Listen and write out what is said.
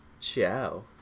ciao